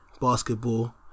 basketball